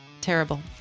Terrible